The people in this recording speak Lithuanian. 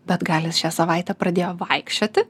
bet gal jis šią savaitę pradėjo vaikščioti